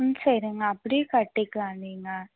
ம் சரிங்க அப்படியும் கட்டிக்கலாம் நீங்கள்